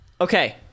okay